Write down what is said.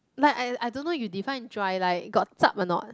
like I I don't know you define dry like got zhup a not